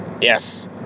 yes